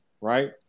right